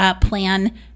plan